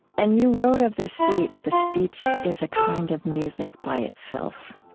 and you wrote of this speech, the speech is a kind of music by itself.